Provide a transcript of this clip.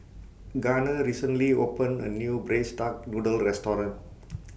Gunner recently opened A New Braised Duck Noodle Restaurant